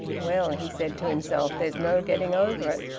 well, he said to himself, there's no getting over it.